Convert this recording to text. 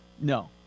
No